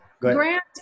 Grant